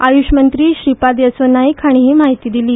आयुष मंत्री श्रीपाद येसो नायक हाणी ही म्हायती दिल्या